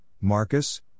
Marcus